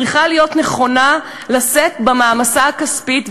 צריכה להיות נכונה לשאת במעמסה הכספית".